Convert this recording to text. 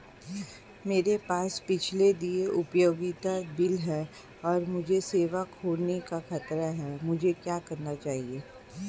मेरे पास पिछले देय उपयोगिता बिल हैं और मुझे सेवा खोने का खतरा है मुझे क्या करना चाहिए?